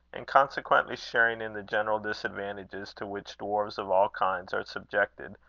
and consequently sharing in the general disadvantages to which dwarfs of all kinds are subjected,